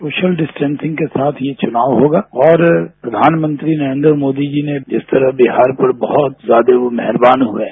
social distancing के साथ ये चुनाव होगा और प्रधानमंत्री नरेंद्र मोदी जी ने जिस तरह बिहार पर बहुत ज्यादा वो मेहरबान हुए हैं